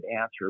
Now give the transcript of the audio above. answer